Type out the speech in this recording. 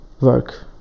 work